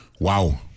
wow